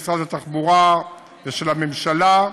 של משרד התחבורה ושל הממשלה.